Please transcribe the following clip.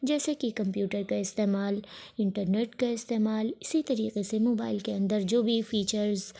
جیسے کہ کمپیوٹر کا استعمال انٹرنیٹ کا استعمال اسی طریقے سے موبائل کے اندر جو بھی فیچرز